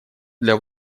для